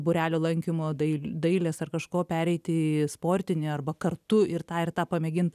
būrelio lankymo dai dailės ar kažko pereit į sportinį arba kartu ir tą ir tą pamėgint